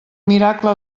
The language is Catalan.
miracle